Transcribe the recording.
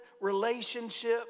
relationship